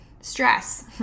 stress